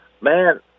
Man